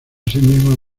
asimismo